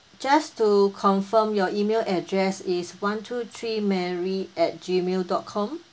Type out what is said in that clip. just to confirm your email address is one two three mary at gmail dot com